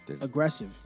Aggressive